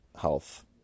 health